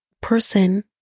person